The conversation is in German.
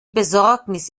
besorgnis